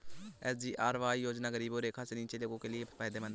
SGRY योजना गरीबी रेखा से नीचे के लोगों के लिए फायदेमंद है